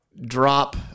drop